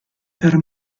per